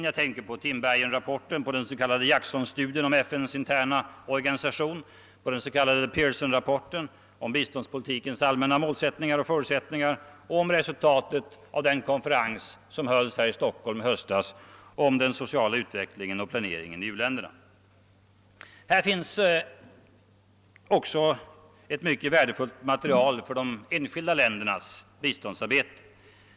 Jag tänker på Tinbergenrapporten, den s.k. Jacksonstudien om FN:s interna organisation, den s.k. Pearsonrapporten om = =:biståndspolitikens allmänna förutsättningar och resultaten av den konferens om den sociala utvecklingen och planeringen i uländerna som hölls här i Stockholm i höstas. Här finns ett mycket värdefullt material även för de enskilda ländernas biståndsarbete.